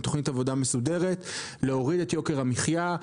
תוכנית עבודה מסודרת להוריד את יוקר המחיה.